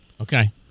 Okay